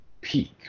peak